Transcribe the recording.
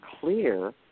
clear